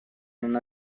non